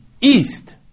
east